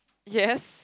yes